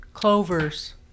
Clovers